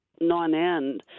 non-end